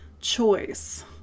choice